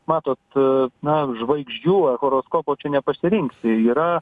matot na žvaigždžių ar horoskopo čia nepasirinksi ir yra